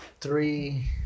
three